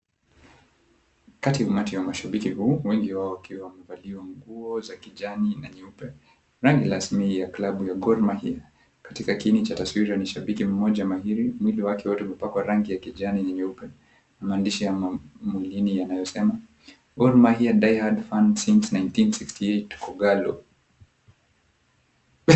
Kati ya umati wa mashabiki huu, wengi wao wakiwa wamevalia nguo za kijani na nyeupe rangi rasmi ya klabu ya Gor Mahia. Katika kiini cha taswira ni shabiki mmoja mahiri, mwili wake wote umepakwa rangi ya kijani na nyeupe na maandishi ya mwilini yanayosema, Gor Mahia Die Hard Fan Since 1968, Kogalo.